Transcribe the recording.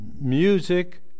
music